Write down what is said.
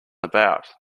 about